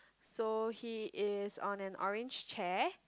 so he is on an orange chair